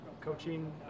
coaching